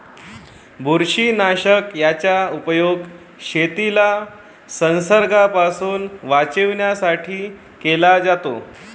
बुरशीनाशक याचा उपयोग शेतीला संसर्गापासून वाचवण्यासाठी केला जातो